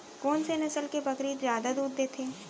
कोन से नस्ल के बकरी जादा दूध देथे